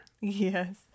Yes